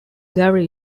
there